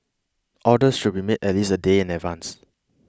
orders should be made at least a day in advance